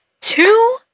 Two